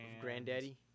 Granddaddy